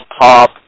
Pop